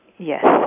Yes